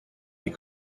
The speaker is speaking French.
les